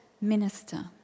minister